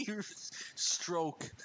Stroke